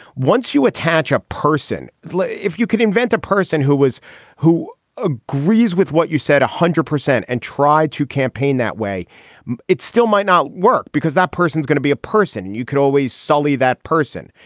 once you attach a person like if you could invent a person who was who agrees with what you said one hundred percent and try to campaign that way it still might not work because that person is going to be a person and you can always sully that person.